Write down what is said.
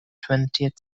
twentieth